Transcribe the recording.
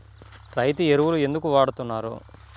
రైతు ఎరువులు ఎందుకు వాడుతున్నారు?